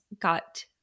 got